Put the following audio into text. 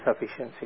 sufficiency